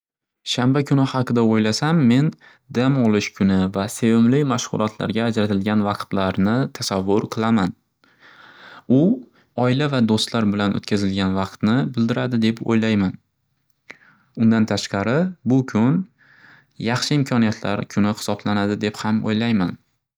Shanba kuni haqida o'ylasam, men dam olish kuni va sevimli mashg'ulotlarga ajratilgan vaqtlarni tasavvur qilaman. U oila va do'stlar bilan o'tkazilgan vaqtni bildiradi deb o'ylayman. Undan tashqari, bu kun yaxshi imkoniyatlar kuni hisoblanadi deb ham o'ylayman.